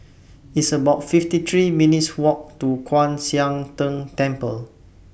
It's about fifty three minutes' Walk to Kwan Siang Tng Temple